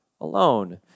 alone